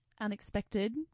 Unexpected